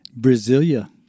Brasilia